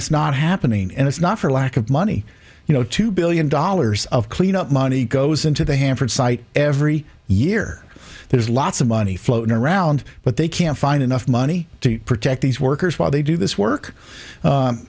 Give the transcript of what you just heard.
it's not happening and it's not for lack of money you know two billion dollars of cleanup money goes into the hanford site every year there's lots of money floating around but they can't find enough money to protect these workers while they do this work